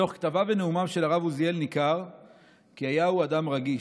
מתוך כתביו ונאומיו של הרב עוזיאל ניכר כי היה הוא אדם רגיש.